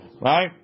right